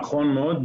נכון מאוד.